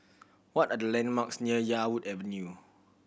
what are the landmarks near Yarwood Avenue